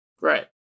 Right